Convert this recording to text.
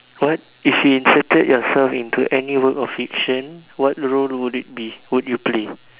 what if you inserted yourself into any work of fiction what role would it be would you play